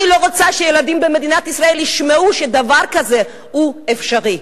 אני לא רוצה שילדים במדינת ישראל ישמעו שדבר כזה הוא אפשרי,